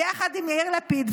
ביחד עם יאיר לפיד,